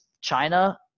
China